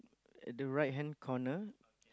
at the right hand corner